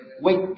Wait